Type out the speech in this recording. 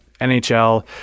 NHL